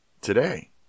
today